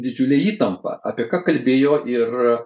didžiulę įtampą apie ką kalbėjo ir